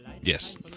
Yes